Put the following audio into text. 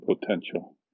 potential